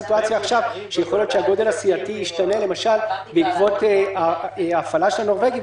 יכולה להיות סיטואציה שבה הגודל הסיעתי ישתנה בעקבות ההפעלה של הנורבגי.